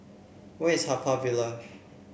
where is Haw Par Villa